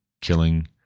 killing